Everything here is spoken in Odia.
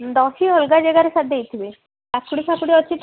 ଦହି ଅଲଗା ଜାଗାରେ ସାର୍ ଦେଇଥିବେ କାକୁଡ଼ି ଫାକୁଡ଼ି ଅଛି ତ